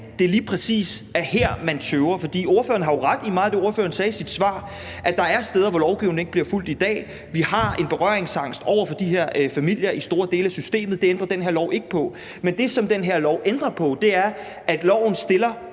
det lige præcis er her, man tøver. For ordføreren har jo ret i meget af det, ordføreren sagde i sit svar, nemlig at der er steder, hvor lovgivningen ikke bliver fulgt i dag. Vi har en berøringsangst over for de her familier i store dele af systemet, og det ændrer den her lov ikke på. Men det, som den her lov ændrer på, er, at man stiller